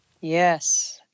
Yes